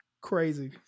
Crazy